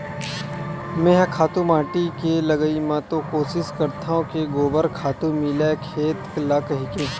मेंहा खातू माटी के लगई म तो कोसिस करथव के गोबर खातू मिलय खेत ल कहिके